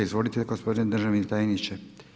Izvolite gospodine državni tajniče.